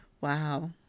Wow